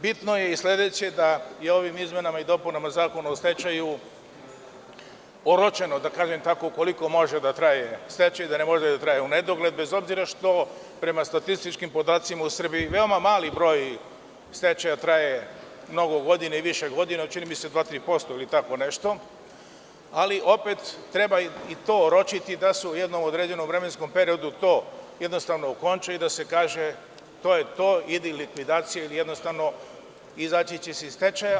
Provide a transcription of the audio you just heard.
Bitno je sledeće, da je ovim izmenama i dopunama Zakona o stečaju oročeno koliko može da traje stečaj, da ne može da traje u nedogled bez obzira što prema statističkim podacima u Srbiji veoma mali broj stečaja traje mnogo godina, čini mi se da je dva ili tri posto, ali treba i to oročiti da se u jednom određenom vremenskom periodu to okonča i da se kaže to je to i tada ide likvidacija ili se izlazi iz stečaja.